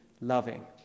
loving